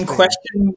question